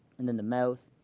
and then the mouth,